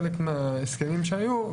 חלק מההסכמים שהיו,